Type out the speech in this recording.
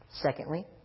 Secondly